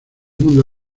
mundo